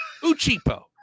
Uchipo